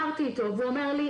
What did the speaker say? והוא אומר לי,